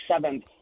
seventh